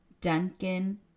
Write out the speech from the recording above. Duncan